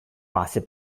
fase